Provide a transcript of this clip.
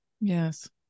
Yes